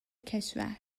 کشور